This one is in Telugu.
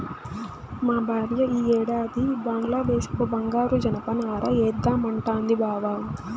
మా భార్య ఈ ఏడాది బంగ్లాదేశపు బంగారు జనపనార ఏద్దామంటాంది బావ